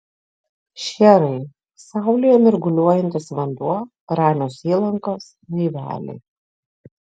šcherai saulėje mirguliuojantis vanduo ramios įlankos laiveliai